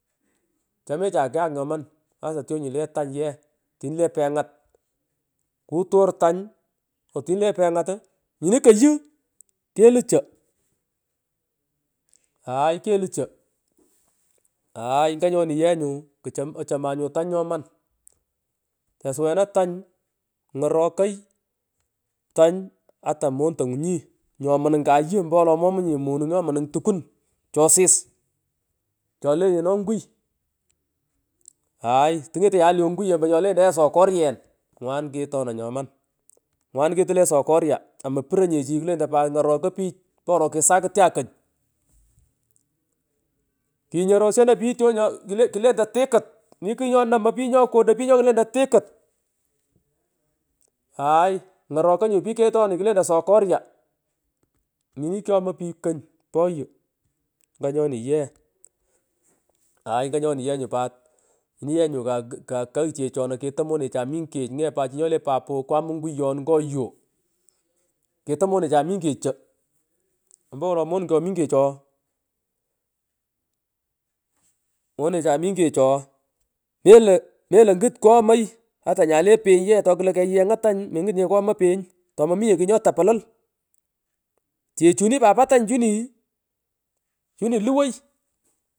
Mhh chomecha kyak nyoman ata tyonyi le tany yee tini la kengae kutor tany uuh tini le pejigwt uu tini koyhu kelu chookwi hay nganyani yee nyu kuchom achomam tany nyoman tesuwena tany ngorokoy tany ata mondonyunyi ii nyo munung kuyuu ompowelo mommy nye manung nyomunung kayu tukun chosis cholenyeno onguy hany tungetechaye le onguny omponyolendoi yee sokorgen ngwan ketona nyomani ngwan ketu le sokorya amopuronye chii klentoy paat ng’orokoi pich ompowolo kisakutya konyingaalan pich kinyoroshonoi picha tuonye klentoy tikut mii kung nyo nomay pich ketoni klentoy klee klentoy tikut nyalan pich haay ng’orokay nyu pich ketoni klentoy sokonya nyi kyomay pich kony poyu nganyoni yee mhh haay nganyoni yee pat mi, nyu pat kakagh chechay keto mere chay mungech ng’eet pat chi nyole papo kwam onguyon nyo yoo keto monechai mingech mingech cho ompowolo monung chomingch ooh mmhh monechai mingech ooh melo, mello nguti kwomoi ata nyale peny yee tokulo keyengho tany mengutnye kwomai peny tomaminye kugh nyo tapulul, chechini pat po tany chini luway.